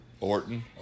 Orton